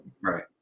Right